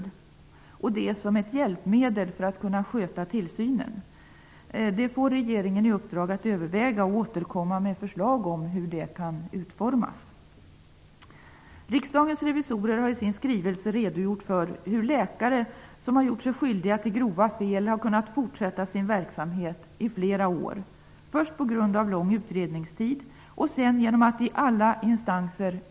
Det skall användas som ett hjälpmedel för att sköta tillsynen. Detta förslag får regeringen i uppdrag att överväga fär att sedan återkomma med förslag till utformning. Riksdagens revisorer har i sin skrivelse redogjort för hur läkare, som har gjort sig skyldiga till grova fel, har kunnat fortsätta sin verksamhet under flera år på grund av lång utredningstid och genom möjligheten att överklaga i alla instanser.